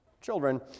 children